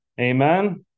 Amen